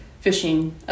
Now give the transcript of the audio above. fishing